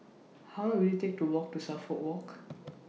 How Long Will IT Take to Walk to Suffolk Walk